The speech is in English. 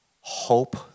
hope